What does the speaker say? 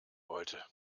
wollte